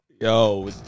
yo